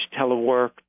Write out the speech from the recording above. telework